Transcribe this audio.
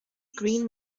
green